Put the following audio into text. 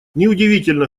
неудивительно